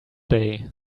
day